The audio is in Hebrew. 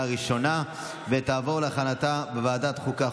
ותעבור לוועדת החוקה,